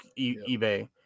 eBay